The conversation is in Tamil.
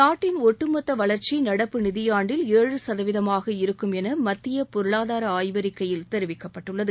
நாட்டின் ஒட்டுமொத்த வளர்ச்சி நடப்பு நிதியாண்டில் ஏழு சதவீதமாக இருக்கும் என மத்திய பொருளாதார ஆய்வறிக்கையில் தெரிவிக்கப்பட்டுள்ளது